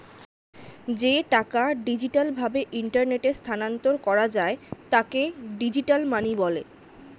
যে টাকা ডিজিটাল ভাবে ইন্টারনেটে স্থানান্তর করা যায় তাকে ডিজিটাল মানি বলে